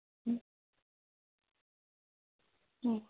હમ હમ